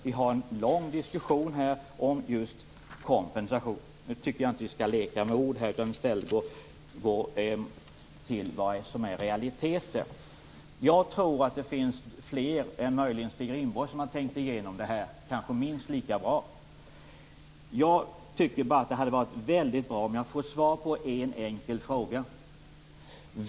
Det förs en lång diskussion om just kompensation. Jag tycker inte att vi skall leka med ord utan i stället prata om realiteter. Jag tror att fler än Stig Rindborg har tänkt igenom frågan, och de har kanske gjort det minst lika bra som han. Jag tycker att det hade varit väldigt bra om jag hade fått svar på en enkel fråga.